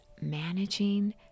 managing